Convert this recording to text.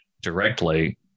directly